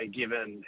given